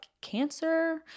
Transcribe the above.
cancer